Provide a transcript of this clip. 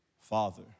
Father